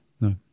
No